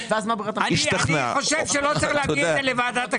אני חושב שלא צריך להביא את זה לוועדת הכספים,